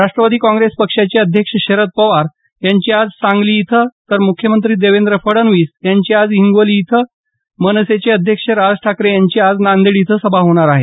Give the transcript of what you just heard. राष्टवादी काँग्रेस पक्षाचे अध्यक्ष शरद पवार यांची आज सांगली इथं तर मुख्यमंत्री देवेंद्र फडणवीस यांची आज हिंगोली इथं तर मनसेचे अध्यक्ष राज ठाकरे यांची आज नांदेड इथं प्रचारसभा होणार आहेत